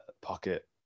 pocket